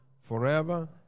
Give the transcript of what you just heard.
forever